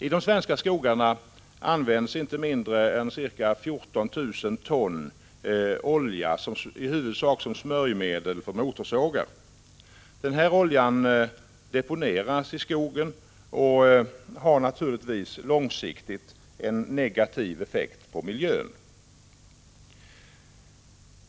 I de svenska skogarna används inte mindre än ca 14 000 ton olja, i huvudsak som smörjmedel för motorsågar. Den här oljan deponeras i skogen och har naturligtvis långsiktigt en negativ effekt på miljön.